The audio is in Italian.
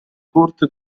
corte